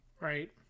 Right